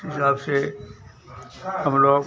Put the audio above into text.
इस हिसाब से हम लोग